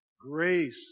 grace